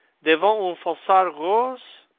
devant une facade rose,